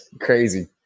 Crazy